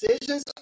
decisions